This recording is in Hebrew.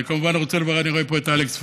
אני כמובן רוצה לברך, אני רואה פה את אלכס פרידמן,